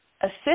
assist